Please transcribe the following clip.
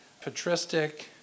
patristic